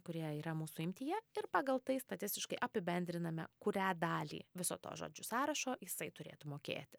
kurie yra mūsų imtyje ir pagal tai statistiškai apibendriname kurią dalį viso to žodžiu sąrašo jisai turėtų mokėti